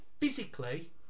physically